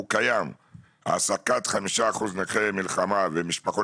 הוא קיים לגבי העסקת חמישה אחוזים נכי מלחמה ומשפחות